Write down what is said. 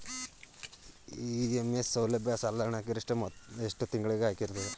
EMI ಸೌಲಭ್ಯ ಸಾಲದ ಹಣಕ್ಕೆ ಗರಿಷ್ಠ ಎಷ್ಟು ತಿಂಗಳಿನ ಆಯ್ಕೆ ಇರುತ್ತದೆ?